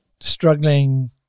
struggling